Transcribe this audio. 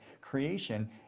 creation